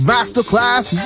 Masterclass